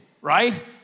right